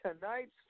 tonight's